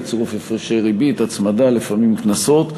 בצירוף הפרשי ריבית והצמדה ולפעמים קנסות.